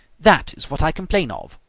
that is what i complain of,